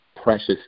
precious